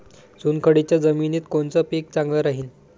चुनखडीच्या जमिनीत कोनचं पीक चांगलं राहीन?